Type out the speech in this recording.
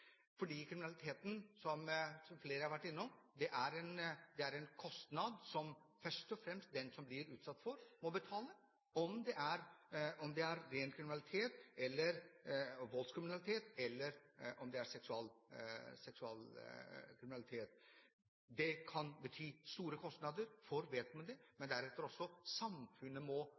kostnad som først og fremst den som blir utsatt for den, må betale, om det er ren kriminalitet eller voldskriminalitet eller seksualkriminalitet. Det kan bety store kostnader for vedkommende, men deretter også noe samfunnet må